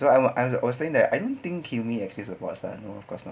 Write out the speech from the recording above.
so I was I was saying that I don't think hilmi actually supports ah no of course not